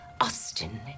austin